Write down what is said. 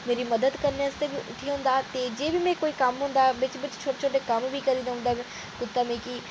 मेरी मदद करने आस्तै बी उ'ट्ठी औंदा में जे बी कम्म होंदा बिच छोटे छोटे कम्म बी करी देई ओड़दा कुत्ता मिगी